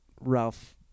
Ralph